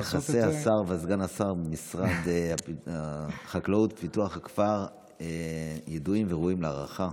יחסי השר וסגן השר במשרד החקלאות ופיתוח הכפר ידועים וראויים להערכה.